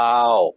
Wow